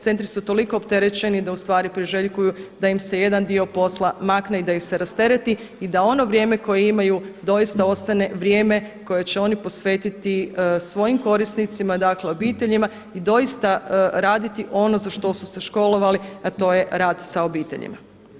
Centri su toliko opterećeni da priželjkuju da im se jedan dio posla makne i da ih se rastereti i da on vrijeme koje imaju doista ostane vrijeme koje će oni posvetiti svojim korisnicima dakle obiteljima i doista raditi ono za što su se školovali, a to je rad sa obiteljima.